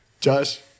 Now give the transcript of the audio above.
Josh